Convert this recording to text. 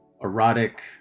erotic